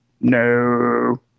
No